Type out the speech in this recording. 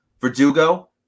Verdugo